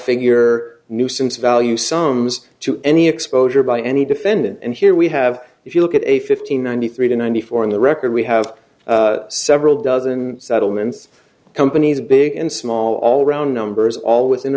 figure nuisance value some has to any exposure by any defendant and here we have if you look at a fifteen ninety three to ninety four in the record we have several dozen settlements companies big and small all round numbers all within